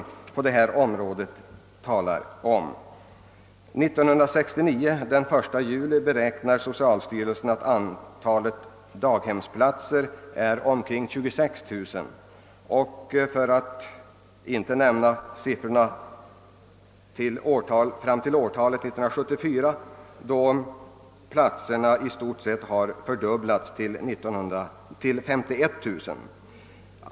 Socialstyrelsen beräknar att antalet daghemsplatser den 1 juli 1969 skall vara omkring 26000, och fram till 1974 kommer antalet att i stort sett ha fördubblats, d.v.s. till 51 000 platser.